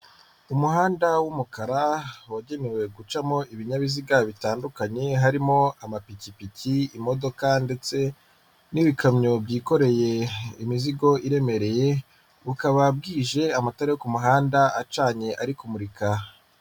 Umuhanda w'umukara wagenewe gucamo ibinyabiziga bitandukanye harimo: amapikipiki, imodoka ndetse n'ibikamyo byikoreye imizigo iremereye, bukaba bwije amatara yo ku muhanda acanye ari kumurika.